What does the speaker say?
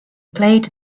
played